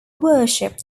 worship